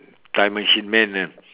time machine man lah